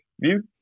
view